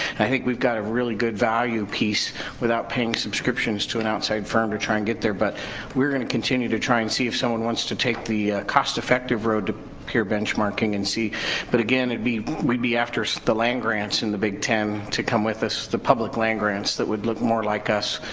i think we've got a really good value piece without paying subscriptions to an outside firm to try and get there, but we're going to continue to try and see if someone wants to take the cost effective road to peer benchmarking. and but again, and we'd be after so the land grants in the big ten to come with us, the public land grants that would look more like us,